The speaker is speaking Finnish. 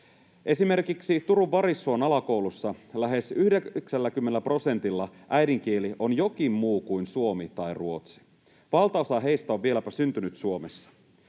Esimerkiksi Turun Varissuon alakoulussa lähes 90 prosentilla äidinkieli on jokin muu kuin suomi tai ruotsi. Valtaosa heistä on vieläpä syntynyt Suomessa.